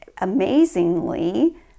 Amazingly